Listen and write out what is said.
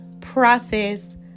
process